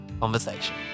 conversation